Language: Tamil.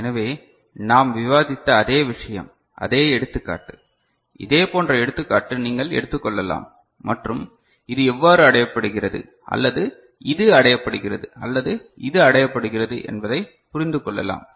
எனவே நாம் விவாதித்த அதே விஷயம் அதே எடுத்துக்காட்டு இதே போன்ற எடுத்துக்காட்டு நீங்கள் எடுத்துக்கொள்ளலாம் மற்றும் இது எவ்வாறு அடையப்படுகிறது அல்லது இது அடையப்படுகிறது அல்லது இது அடையப்படுகிறது என்பதை புரிந்து கொள்ளலாம்